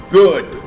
good